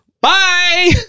bye